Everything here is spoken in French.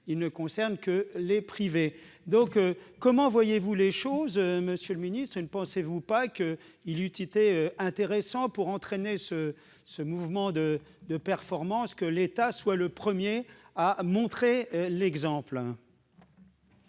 le secteur privé ? Comment voyez-vous les choses, monsieur le secrétaire d'État ? Ne pensez-vous pas qu'il eût été intéressant, pour entraîner ce mouvement vers la performance, que l'État soit le premier à montrer l'exemple ?